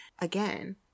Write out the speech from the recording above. again